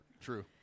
True